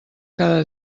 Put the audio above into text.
cada